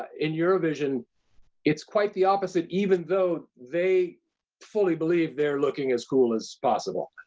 in eurovision it's quite the opposite, even though they fully believe they're looking as cool as possible,